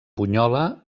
bunyola